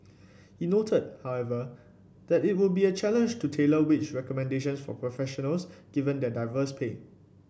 he noted however that it would be a challenge to tailor wage recommendations for professionals given their diverse pay